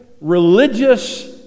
religious